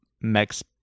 max